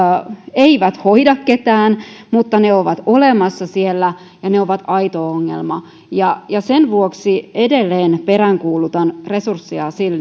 eivät hoida ketään mutta ne ovat olemassa siellä ja ne ovat aito ongelma sen vuoksi edelleen peräänkuulutan resurssia